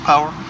Power